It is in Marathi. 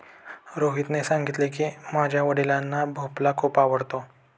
रोहितने सांगितले की, माझ्या वडिलांना भोपळा खूप आवडतो